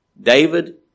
David